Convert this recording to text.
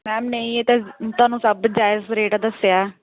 ma'am ਨਹੀਂ ਇਹ ਤਾਂ ਤੁਹਾਨੂੰ ਸਭ ਜਾਇਜ਼ ਰੇਟ ਦੱਸਿਆ